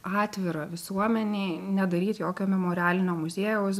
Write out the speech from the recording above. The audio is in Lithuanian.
atvirą visuomenei nedaryti jokio memorialinio muziejaus